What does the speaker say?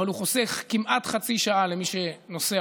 אבל הוא חוסך כמעט חצי שעה למי שנוסע